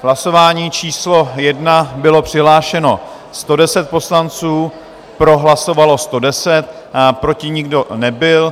Hlasování číslo 1, bylo přihlášeno 110 poslanců, pro hlasovalo 110, proti nikdo nebyl.